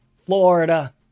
Florida